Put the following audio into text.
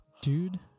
Dude